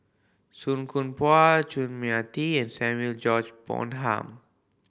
Song Koon Poh Chun Mia Tee and Samuel George Bonham